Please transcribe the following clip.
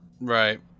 Right